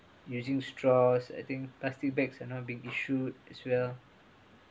using straws I think plastic bags are not been issued as well